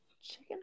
chicken